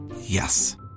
Yes